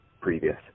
previous